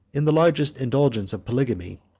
in the largest indulgence of polygamy,